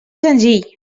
senzill